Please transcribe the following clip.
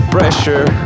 Pressure